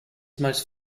most